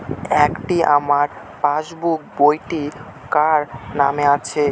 এটি আমার পাসবুক বইটি কার নামে আছে?